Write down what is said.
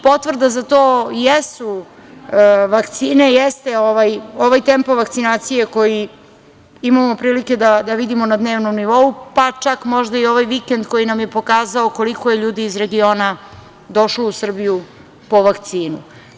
Potvrda za to jesu vakcine, jeste ovaj tempo vakcinacije koji imamo prilike da vidimo na dnevnom nivou, pa čak možda i ovaj vikend koji nam je pokazao koliko je ljudi iz regiona došlo u Srbiju po vakcinu.